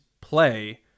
play